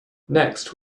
next